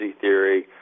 theory